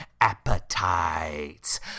appetites